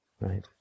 Right